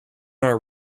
our